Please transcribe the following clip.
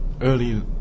early